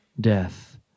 death